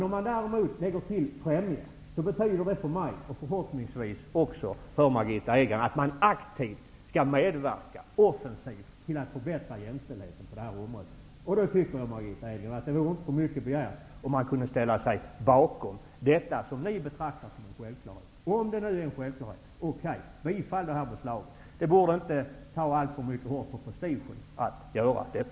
Om man däremot lägger till ordet främja, betyder det för mig -- förhoppningsvis också för Margitta Edgren -- en aktiv medverkan till, dvs. att man offensivt verkar för, en förbättrad jämställdhet på det här området. Därför tycker jag, Margitta Edgren, att det inte är för mycket begärt att ni ställer er bakom detta, som ni betraktar som en självklarhet. Om det är en självklarhet, bifall då framlagda förslag. Det borde inte tära alltför mycket på prestigen att göra det.